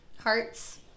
Hearts